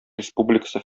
республикасы